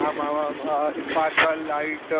आम् आमाम् sparkle light